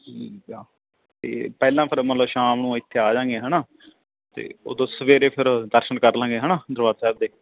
ਠੀਕ ਆ ਅਤੇ ਪਹਿਲਾਂ ਫਿਰ ਮਤਲਬ ਸ਼ਾਮ ਨੂੰ ਇੱਥੇ ਆ ਜਾਂਗੇ ਹੈ ਨਾ ਤਾਂ ਉਦੋਂ ਸਵੇਰੇ ਫਿਰ ਦਰਸ਼ਨ ਕਰ ਲਾਂਗੇ ਹੈ ਨਾ ਦਰਬਾਰ ਸਾਹਿਬ ਦੇ